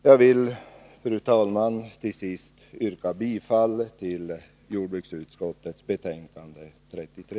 Till sist, fru talman, yrkar jag bifall till jordbruksutskottets hemställan i betänkandet nr 33.